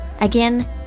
Again